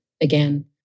again